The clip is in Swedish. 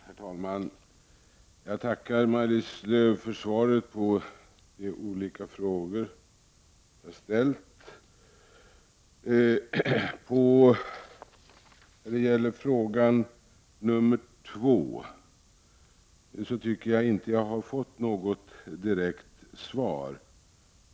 Herr talman! Jag tackar Maj-Lis Lööw för svaret på de olika frågor jag har ställt. När det gäller min andra fråga tycker jag inte att jag har fått något direkt svar.